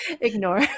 ignore